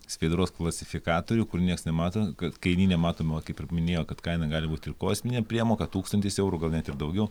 skaidros klasifikatorių kur nieks nemato kad kainyne matoma kaip ir minėjo kad kaina gali būt ir kosminė priemoka tūkstantis eurų gal net ir daugiau